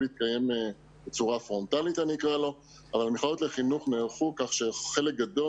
להתקיים בצורה פרונטלית אבל המכללות לחינוך נערכו כך שחלק גדול